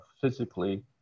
physically